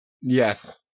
Yes